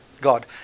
God